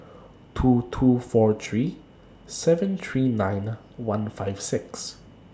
two two four three seven three nine one five six